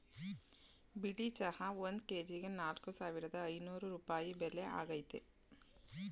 ಬಿಳಿ ಚಹಾ ಒಂದ್ ಕೆಜಿಗೆ ನಾಲ್ಕ್ ಸಾವಿರದ ಐನೂರ್ ರೂಪಾಯಿ ಬೆಲೆ ಆಗೈತೆ